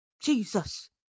Jesus